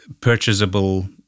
purchasable